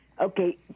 Okay